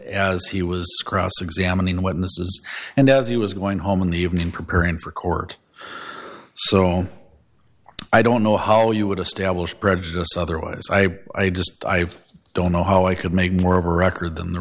as he was cross examining witnesses and as he was going home in the evening preparing for court so i don't know how you would establish prejudice otherwise i just i don't know how i could make more of a record than the